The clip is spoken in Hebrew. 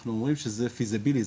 בביצועים שלך באיכות הסביבה,